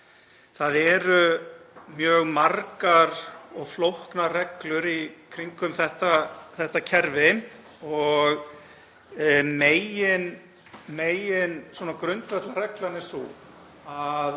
Það eru mjög margar og flóknar reglur í kringum þetta kerfi og megingrundvallarreglan er sú